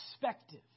perspective